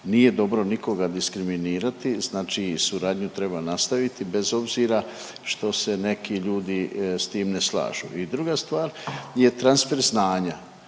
nije dobro nikoga diskriminirati, znači suradnju treba nastaviti bez obzira što se neki ljudi s tim ne slažu. I druga stvar je transfer znanja.